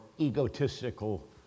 egotistical